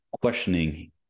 questioning